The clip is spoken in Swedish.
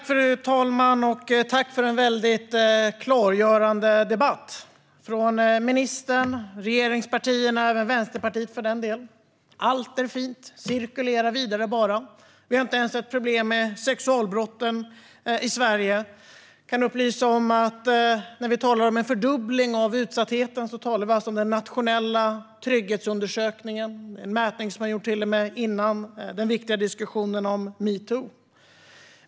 Fru talman! Tack för en väldigt klargörande debatt med ministern, regeringspartierna och även Vänsterpartiet för den delen! Allt är fint - cirkulera vidare bara! Vi har inte ens något problem med sexualbrotten i Sverige. Jag kan upplysa om att när vi talar om en fördubbling av utsattheten talar vi alltså om den nationella trygghetsundersökningen, en mätning som gjordes till och med före den viktiga diskussionen om metoo.